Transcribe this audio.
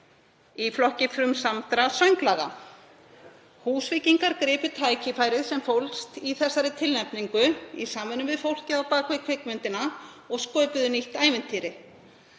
í flokki frumsaminna sönglaga. Húsvíkingar gripu tækifærið sem fólst í þessari tilnefningu, í samvinnu við fólkið á bak við kvikmyndina, og sköpuðu nýtt ævintýri.